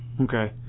Okay